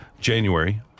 January